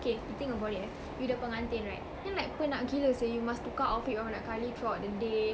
okay you think about it you eh you're the pengantin right then like penat gila seh you must tukar outfit berapa banyak kali throughout the day